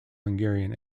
hungarian